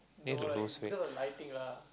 need to lose weight